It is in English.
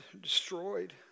destroyed